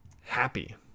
happy